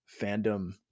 fandom